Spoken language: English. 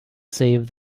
save